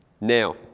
Now